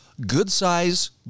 good-size